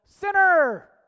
sinner